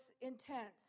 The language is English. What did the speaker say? intense